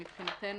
מבחינתנו,